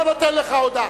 לא נותן לך הודעה.